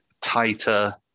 tighter